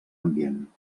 ambient